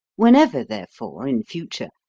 whenever, therefore, in future,